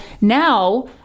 now